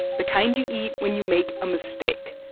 the kind you eat when you make a mistake,